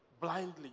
blindly